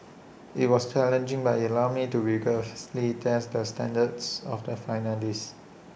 IT was challenging but IT allowed me to rigorously test the standards of the finalist